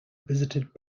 visited